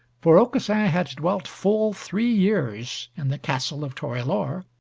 for aucassin had dwelt full three years in the castle of torelore,